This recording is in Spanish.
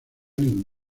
ningún